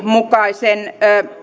mukaisen